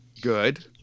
good